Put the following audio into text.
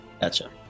Gotcha